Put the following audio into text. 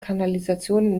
kanalisation